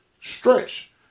stretch